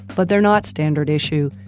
but they're not standard issue,